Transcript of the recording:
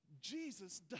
Jesus